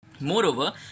Moreover